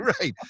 right